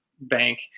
bank